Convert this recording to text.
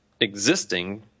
existing